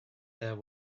there